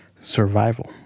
survival